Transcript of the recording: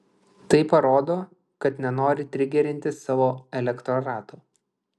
tai parodo kad nenori trigerinti savo elektorato